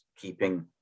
keeping